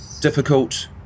difficult